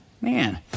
man